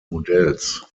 modells